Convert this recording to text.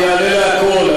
אני אענה על הכול.